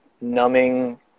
numbing